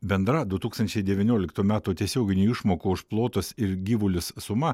bendra du tūkstančiai devynioliktų metų tiesioginių išmokų už plotus ir gyvulius suma